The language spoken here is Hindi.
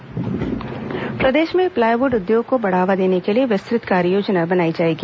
प्लाईवुड उद्योग प्रदेश में प्लाईवुड उद्योग को बढ़ावा देने के लिए विस्तृत कार्ययोजना बनाई जाएगी